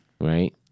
right